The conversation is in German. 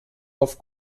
auf